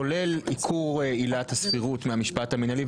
כולל עיקור עילת הסבירות מהמשפט המינהלי,